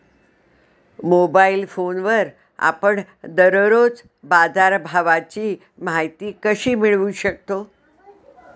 Mobile फोनवर आपण दररोज बाजारभावाची माहिती कशी मिळवू शकतो?